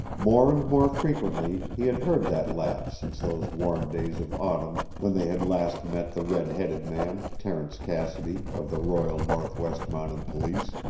more and more frequently he had heard that laugh since those warm days of autumn when they had last met the red-headed man, terence cassidy, of the royal northwest mounted police,